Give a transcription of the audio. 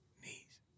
Knees